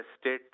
state